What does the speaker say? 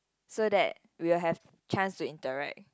so that we will have chance to interact